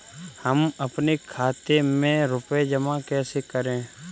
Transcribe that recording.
हम अपने खाते में रुपए जमा कैसे करें?